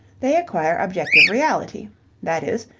they acquire objective reality that is,